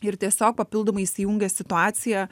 ir tiesiog papildomai įsijungia situacija